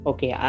Okay